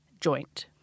joint